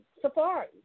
Safari